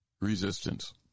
resistance